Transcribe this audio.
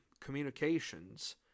communications